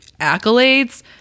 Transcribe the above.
accolades